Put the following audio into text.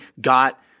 got